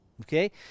Okay